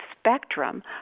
spectrum